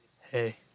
Hey